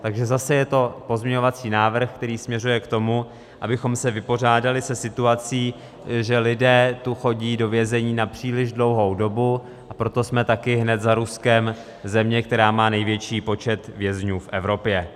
Takže zase je to pozměňovací návrh, který směřuje k tomu, abychom se vypořádali se situací, že lidé tu chodí do vězení na příliš dlouhou dobu, a proto jsme taky hned za Ruskem země, která má největší počet vězňů v Evropě.